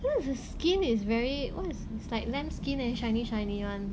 here the skin is very what is like lamb skin eh shiny shiny one